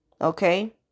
okay